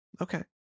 Okay